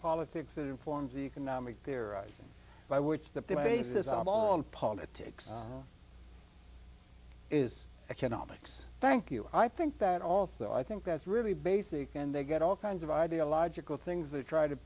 politics that informs the economic their eyes by which the basis of all politics is economics thank you i think that also i think that's really basic and they get all kinds of ideological things they try to